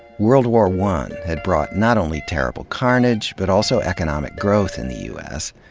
world war one had brought not only terrible carnage but also economic growth in the u s.